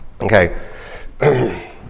Okay